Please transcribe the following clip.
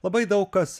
labai daug kas